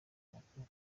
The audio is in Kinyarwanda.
amakuru